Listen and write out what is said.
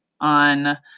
on